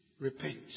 repent